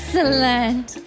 Excellent